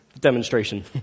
Demonstration